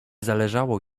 zależało